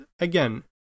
again